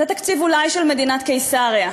זה תקציב אולי של מדינת קיסריה.